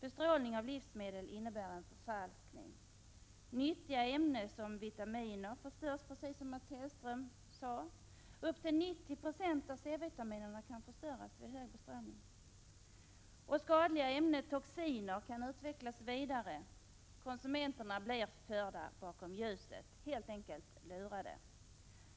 Bestrålning av livsmedel innebär en förfalskning. Nyttiga ämnen som vitaminer förstörs, precis som Mats Hellström sade. Och upp till 90 90 av C-vitaminet kan förstöras vid hög bestrålning. Skadliga ämnen, toxiner, kan utvecklas vidare. Konsumenterna blir förda bakom ljuset, helt enkelt lurade.